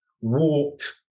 walked